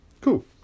Cool